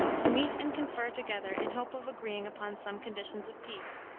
to meet and confer together in hope of agreeing upon some conditions of peace.